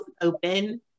open